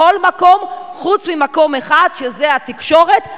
בכל מקום, חוץ ממקום אחד, שזה התקשורת.